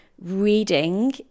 reading